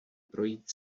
projít